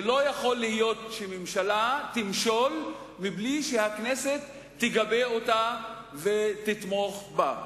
זה לא יכול להיות שממשלה תמשול מבלי שהכנסת תגבה אותה ותתמוך בה,